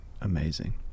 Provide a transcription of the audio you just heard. amazing